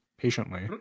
patiently